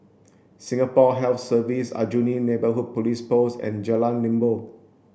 Singapore Health Services Aljunied Neighbourhood Police Post and Jalan Limbok